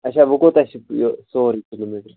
اَچھا وۄنۍ کوٗتاہ چھُ یہِ سورُے کِلوٗ میٹر